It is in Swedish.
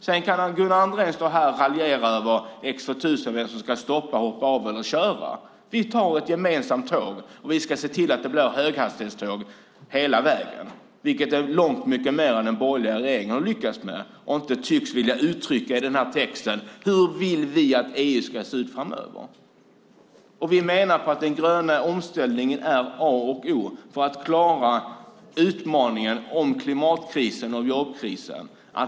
Sedan kan Gunnar Andrén stå här och raljera över X 2000, vem som ska stoppa, hoppa av eller köra. Vi tar ett gemensamt tåg, och vi ska se till att det blir höghastighetståg hela vägen, vilket är långt mycket mer än den borgerliga regeringen har lyckats med och inte tycks vilja uttrycka i den här texten. Hur vill vi att EU ska se ut framöver? Vi menar att den gröna omställningen är A och O för att klara utmaningen från klimatkrisen och jobbkrisen.